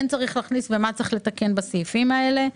צריך להכניס ומה כן צריך לתקן בסעיפים האלה.